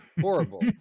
horrible